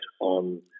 on